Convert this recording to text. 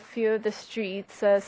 a few of the streets